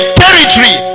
territory